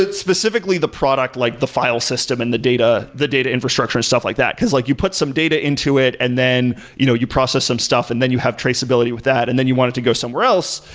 specifically the product, like the file system and the data, the data infrastructure and stuff like that, because like you put some data into it and then you know you process some stuff and then you have traceability with that and then you want it to go somewhere else.